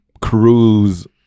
cruise